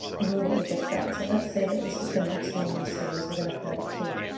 rule that we just set. so let's say that this is the next one in the series. we're going to call it two,